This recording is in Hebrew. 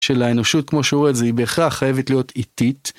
של האנושות כמו שרואה את זה היא בהכרח חייבת להיות איטית